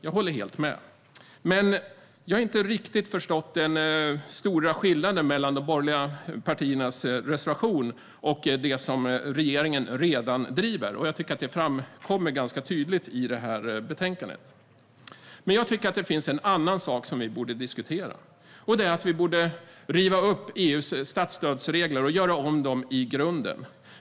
Jag håller helt med. Men jag har inte riktigt förstått den stora skillnaden mellan de borgerliga partiernas reservation och det som regeringen redan driver. Det finns även en annan sak som vi borde diskutera, och det är att vi borde göra om EU:s statsstödsregler i grunden.